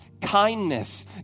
kindness